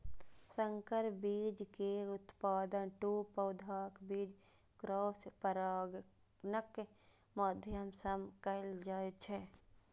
संकर बीज के उत्पादन दू पौधाक बीच क्रॉस परागणक माध्यम सं कैल जाइ छै